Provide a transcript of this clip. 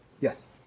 Yes